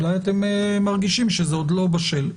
אולי אתם מרגישים שזה עוד לא בשל.